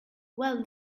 well